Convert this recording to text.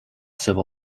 civil